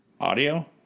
audio